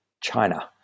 China